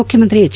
ಮುಖ್ಯಮಂತ್ರಿ ಎಚ್